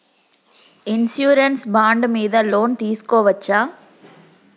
Insurance bond మీద loan తీస్కొవచ్చా?